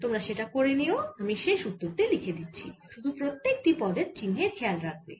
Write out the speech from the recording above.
তোমরা সেটা করে নিও আমি শেষ উত্তর টি লিখে দিচ্ছি শুধু প্রত্যেক টি পদের চিহ্নের খেয়াল রাখবে